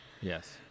Yes